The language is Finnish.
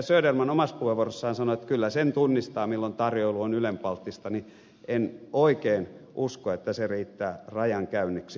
söderman omassa puheenvuorossaan sanoi että kyllä sen tunnistaa milloin tarjoilu on ylenpalttistani en oikein usko että ylenpalttista riittää rajankäynniksi